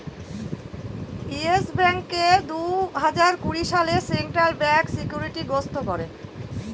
yes ব্যাঙ্ককে দুই হাজার কুড়ি সালে সেন্ট্রাল ব্যাঙ্ক সিকিউরিটি গ্রস্ত করে